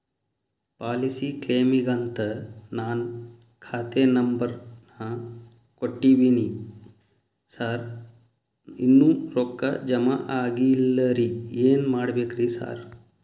Policy ಕ್ಲೇಮಿಗಂತ ನಾನ್ ಖಾತೆ ನಂಬರ್ ನಾ ಕೊಟ್ಟಿವಿನಿ ಸಾರ್ ಇನ್ನೂ ರೊಕ್ಕ ಜಮಾ ಆಗಿಲ್ಲರಿ ಏನ್ ಮಾಡ್ಬೇಕ್ರಿ ಸಾರ್?